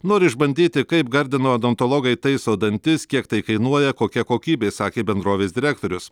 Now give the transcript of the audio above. nori išbandyti kaip gardino odontologai taiso dantis kiek tai kainuoja kokia kokybė sakė bendrovės direktorius